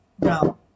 No